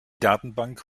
datenbank